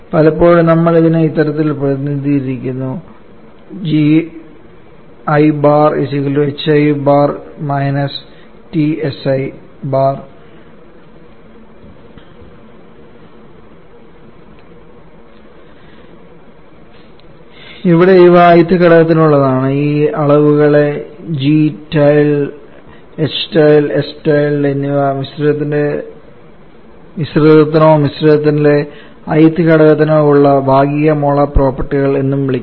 പലപ്പോഴും നമ്മൾ ഇതിനെ ഇത്തരത്തിൽ പ്രതിനിധീകരിക്കുന്നു ഇവിടെ ഇവ ith ഘടകത്തിനുള്ളതാണ് ഈ അളവുകളെ g tilde h tilde s tilde എന്നിവ മിശ്രിതത്തിനോ മിശ്രിതത്തിലെ ith ഘടകത്തിനോ ഉള്ള ഭാഗിക മോളാർ പ്രോപ്പർട്ടികൾ എന്നും വിളിക്കുന്നു